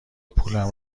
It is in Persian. پولم